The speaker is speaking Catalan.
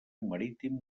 marítim